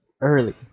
early